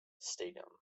stadium